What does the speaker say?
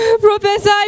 Professor